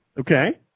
Okay